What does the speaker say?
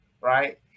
right